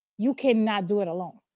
you cannot do it alone.